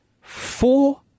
four